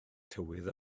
tywydd